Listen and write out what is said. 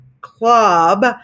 Club